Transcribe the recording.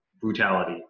brutality